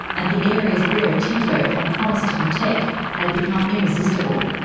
and the areas rio tinto had promised to protect had become irresistible.